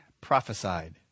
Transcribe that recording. prophesied